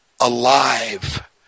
alive